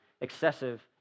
excessive